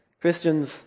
Christians